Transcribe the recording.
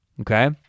okay